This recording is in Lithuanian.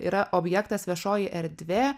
yra objektas viešoji erdvė